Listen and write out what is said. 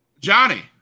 Johnny